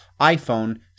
iPhone